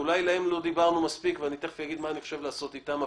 אולי עליהם לא דיברנו מספיק ותכף אני אגיד מה אני חושב לעשות איתם.